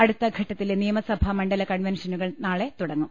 അടുത്തഘട്ടത്തിലെ നിയമസഭാ മണ്ഡല കൺവെൻഷനുകൾ നാളെ തൂടങ്ങും